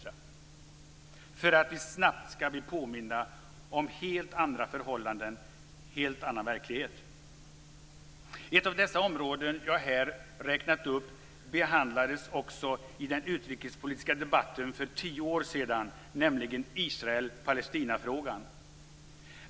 för att vi snabbt skall bli påminda om helt andra förhållanden, en helt annan verklighet. Ett av de områden jag här räknat upp behandlades också i den utrikespolitiska debatten för tio år sedan, nämligen Israel-Palestina-frågan.